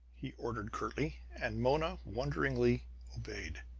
he ordered curtly and mona wonderingly obeyed.